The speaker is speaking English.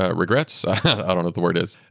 ah regrets, i don't know the word is,